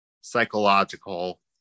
Psychological